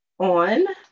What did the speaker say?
On